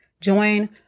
Join